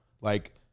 like-